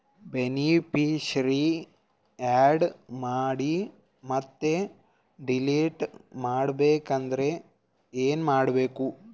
Beneficiary, add ಮಾಡಿ ಮತ್ತೆ delete ಮಾಡಬೇಕೆಂದರೆ ಏನ್ ಮಾಡಬೇಕು?